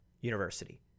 university